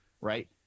right